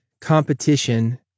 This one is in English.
competition